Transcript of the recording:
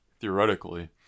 theoretically